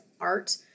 Art